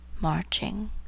marching